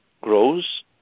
grows